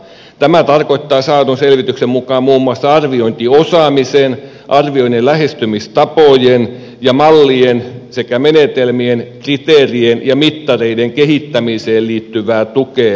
tämä tarkoittaa saadun selvityksen mukaan muuan muassa arviointiosaamisen arvioinnin lähestymistapojen ja mallien sekä menetelmien kriteerien ja mittareiden kehittämiseen liittyvää tukea